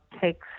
takes